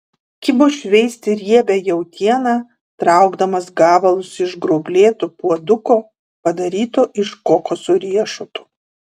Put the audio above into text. kibo šveisti riebią jautieną traukdamas gabalus iš gruoblėto puoduko padaryto iš kokoso riešuto